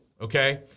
Okay